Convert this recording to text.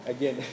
Again